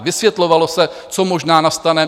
Vysvětlovalo se, co možná nastane.